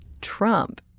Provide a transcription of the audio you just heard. Trump